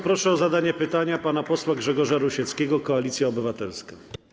Proszę o zadanie pytania pana posła Grzegorza Rusieckiego, Koalicja Obywatelska.